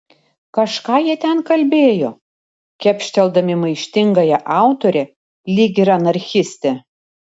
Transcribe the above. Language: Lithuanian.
kažką jie ten kalbėjo kepšteldami maištingąją autorę lyg ir anarchistę